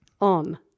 On